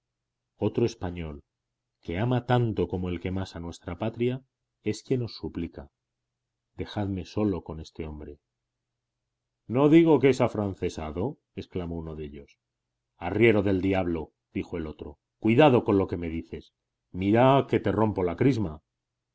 otro español que ama tanto como el que más a nuestra patria es quien os suplica dejadme solo con este hombre no digo que es afrancesado exclamó uno de ellos arriero del diablo dijo el otro cuidado con lo que me dices mira que te rompo la crisma